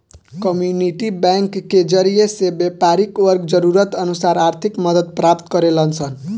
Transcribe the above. community bank के जरिए से व्यापारी वर्ग जरूरत अनुसार आर्थिक मदद प्राप्त करेलन सन